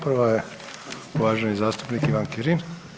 Prva je uvaženi zastupnik Ivan Kirin.